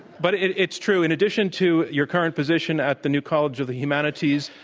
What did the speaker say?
but it's true. in addition to your current position at the new college of the humanities,